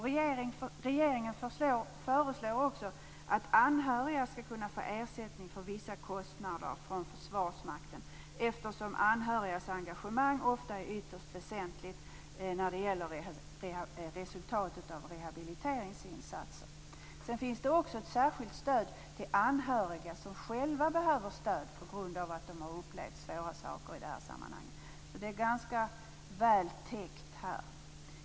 Regeringen föreslår också att anhöriga skall kunna få ersättning från Försvarsmakten för vissa kostnader, eftersom anhörigas engagemang ofta är ytterst väsentligt för resultatet av rehabiliteringsinsatsen. Det finns också ett särskilt stöd till anhöriga som själva behöver stöd på grund av att de har upplevt svåra saker i sådana här sammanhang. Reglerna ger alltså en ganska god täckning.